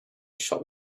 shop